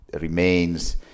remains